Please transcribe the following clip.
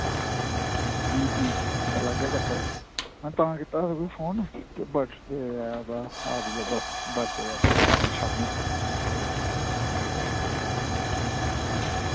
हां हूं हूं लागे चक्कर में तां कीता हा तुगी फोन कि बर्थडे ऐ ओह्दा आदि दा बर्थडे ते ओह् औना शाम्मी